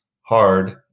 hard